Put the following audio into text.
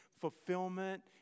fulfillment